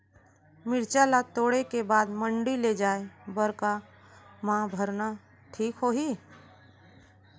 मिरचा ला तोड़े के बाद मंडी ले जाए बर का मा भरना ठीक होही?